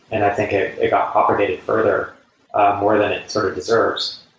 and i think it it got propagated further more than it sort of deserves.